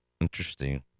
Interesting